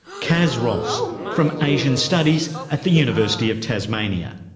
kaz ross from asian studies at the university of tasmania.